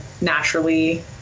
naturally